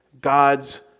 God's